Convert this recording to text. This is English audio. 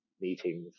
meetings